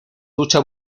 ducha